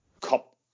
cup